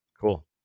Cool